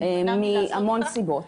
מהמון סיבות.